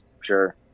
sure